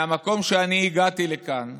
מהמקום שאני הגעתי לכאן,